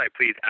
please